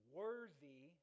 worthy